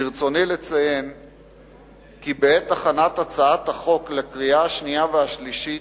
ברצוני לציין כי בעת הכנת הצעת החוק לקריאה השנייה והקריאה השלישית,